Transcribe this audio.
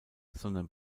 sondern